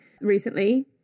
recently